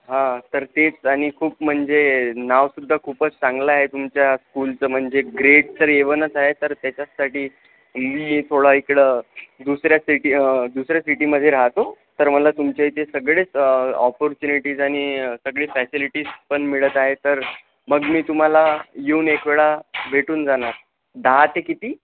हा तर तेच आणि खूप म्हणजे नावसुद्धा खूपच चांगलं आहे तुमच्या स्कूलचं म्हणजे ग्रेड तर ए वनच आहे तर त्याच्याचसाठी मी थोडा इकडं दुसऱ्या सिटी दुसऱ्या सिटीमध्ये राहतो तर मला तुमच्या इथे सगळेच ऑपॉर्च्युनिटीज आणि सगळी फॅसिलिटीज पण मिळत आहे तर मग मी तुम्हाला येऊन एक वेळा भेटून जाणार दहा ते किती